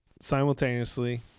simultaneously